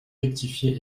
rectifié